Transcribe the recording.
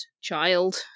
child